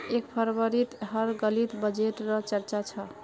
एक फरवरीत हर गलीत बजटे र चर्चा छ